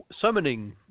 summoning